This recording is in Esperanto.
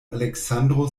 aleksandro